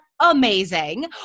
amazing